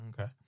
Okay